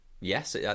yes